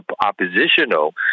oppositional